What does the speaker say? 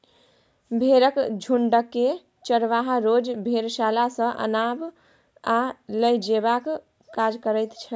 भेंड़क झुण्डकेँ चरवाहा रोज भेड़शाला सँ आनब आ लए जेबाक काज करैत छै